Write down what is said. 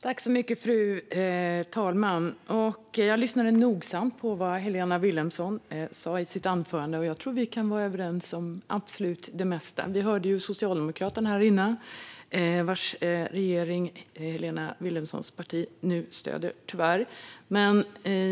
Fru talman! Jag lyssnade nogsamt på vad Helena Vilhelmsson sa i sitt anförande, och jag tror att vi kan vara överens om det allra mesta. Innan dess hörde vi Socialdemokraterna, vars regering Helena Vilhelmssons parti nu tyvärr stöder.